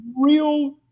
real